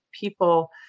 people